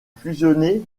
fusionné